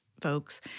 folks